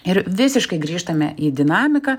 ir visiškai grįžtame į dinamiką